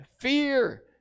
fear